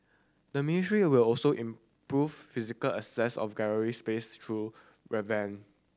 the ministry will also improve physical access of gallery space through revamp